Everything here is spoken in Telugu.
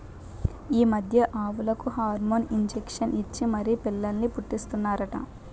ఈ మధ్య ఆవులకు హార్మోన్ ఇంజషన్ ఇచ్చి మరీ పిల్లల్ని పుట్టీస్తన్నారట